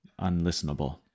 unlistenable